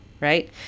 right